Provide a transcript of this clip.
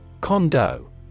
Condo